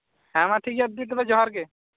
ᱦᱮᱸ ᱢᱟ ᱴᱷᱤᱠ ᱜᱮᱭᱟ ᱫᱤᱫᱤ ᱛᱚᱵᱮ ᱡᱚᱦᱟᱨ ᱜᱮ